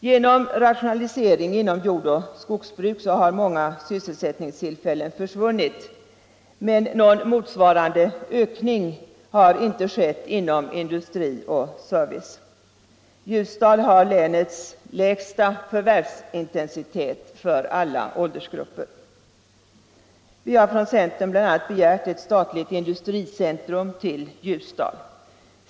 Genom rationalisering inom jord och skogsbruk har många sysselsättningstillfällen försvunnit, men någon motsvarande ökning har inte skett inom industri och service. Ljusdal har länets lägsta förvärvsintensitet för alla åldersgrupper. Vi har från centern bl.a. begärt ett statligt industricentrum till Ljusdal.